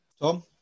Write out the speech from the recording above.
Tom